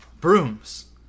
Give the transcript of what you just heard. Brooms